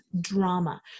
drama